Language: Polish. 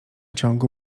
ciągu